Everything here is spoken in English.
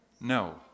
No